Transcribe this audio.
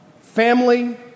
family